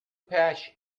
patch